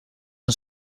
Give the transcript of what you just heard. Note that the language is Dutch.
een